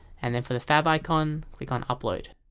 and and for the favicon, click on upload